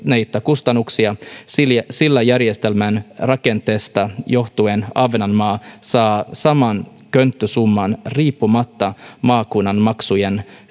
kustannuksia sillä sillä järjestelmän rakenteesta johtuen ahvenanmaa saa saman könttäsumman riippumatta maakunnan maksujen